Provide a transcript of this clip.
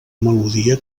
melodia